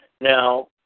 now